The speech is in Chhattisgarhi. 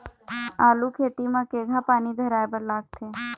आलू खेती म केघा पानी धराए बर लागथे?